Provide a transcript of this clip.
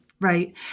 Right